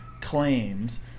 claims